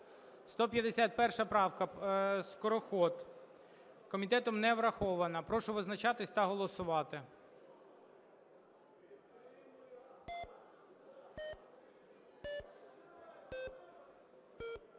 151 правка, Скороход. Комітетом не врахована. Прошу визначатися та голосувати.